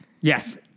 Yes